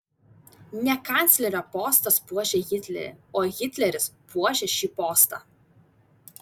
ne kanclerio postas puošia hitlerį o hitleris puošia šį postą